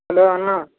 hello Anna